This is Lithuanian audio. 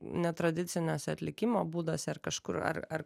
netradiciniuose atlikimo būduose ar kažkur ar